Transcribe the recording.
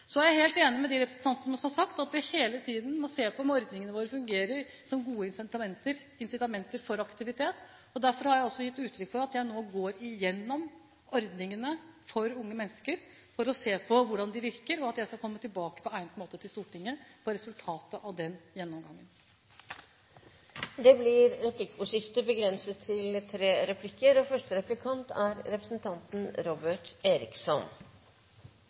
Så er jeg helt enig med de representantene som har sagt at vi hele tiden må se på om ordningene våre fungerer som gode incitamenter for aktivitet. Derfor har jeg også gitt uttrykk for at jeg nå går gjennom ordningene for unge mennesker for å se på hvordan de virker, og jeg skal komme tilbake til Stortinget på egnet måte med resultatet av den gjennomgangen. Det blir replikkordskifte. Jeg registrerer at statsråden forsvarer behovet for individstønad, men jeg har lyst til